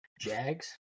Jags